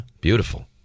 Beautiful